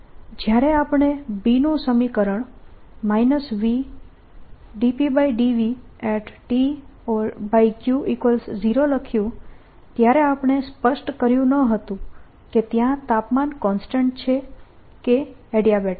જ્યારે આપણે B નું સમીકરણ V∂p∂VTQ0 લખ્યું ત્યારે આપણે સ્પષ્ટ કર્યું ન હતું કે ત્યાં તાપમાન કોન્સ્ટન્ટ છે કે એડિયાબેટિક છે